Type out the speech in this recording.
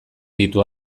ditu